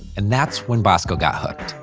and that's when bosco got hooked,